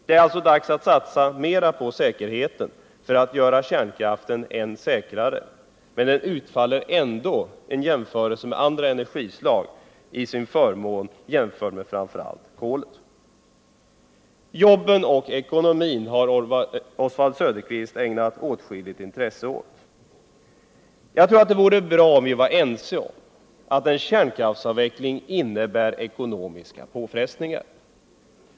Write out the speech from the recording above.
Det är alltså dags att satsa mera på säkerheten för att göra kärnkraften ännu säkrare, men en jämförelse med andra energislag, framför allt kolet, utfaller ändå till förmån för kärnkraften. Frågan om jobben och ekonomin har Oswald Söderqvist ägnat åtskilligt intresse. Jag tror att det vore bra om vi var ense om att en kärnkraftsavveckling innebär ekonomiska påfrestningar.